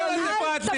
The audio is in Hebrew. חלף.